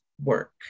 work